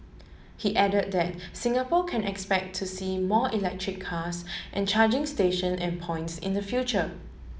he added that Singapore can expect to see more electric cars and charging station and points in the future